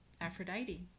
Aphrodite